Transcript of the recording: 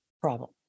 problem